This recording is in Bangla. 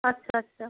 আচ্ছা আচ্ছা